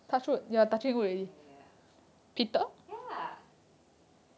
ya